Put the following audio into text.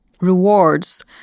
rewards